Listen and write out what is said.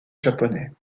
japonais